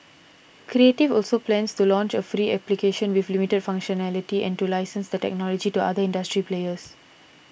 creative also plans to launch a free application with limited functionality and to license the technology to other industry players